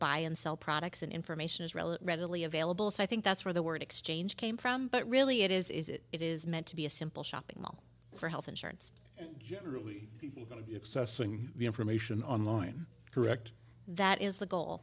buy and sell products and information is relative readily available so i think that's where the word exchange came from but really it is it it is meant to be a simple shopping mall for health insurance seeing the information online correct that is the goal